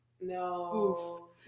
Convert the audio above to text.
no